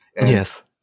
Yes